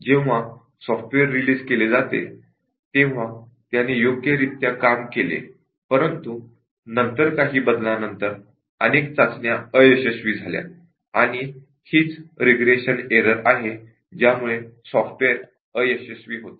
जेव्हा software release केले जाते तेव्हा त्याने योग्यरित्या कार्य केले परंतु नंतर काही बदलानंतर अनेक टेस्टिंग फेल झाले आणि हीच रिग्रेशन एरर आहे ज्यामुळे सॉफ्टवेअर फेल होते